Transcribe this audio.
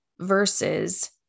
versus